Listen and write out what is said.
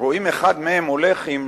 רואים אחד מהם הולך עם